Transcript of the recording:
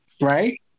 right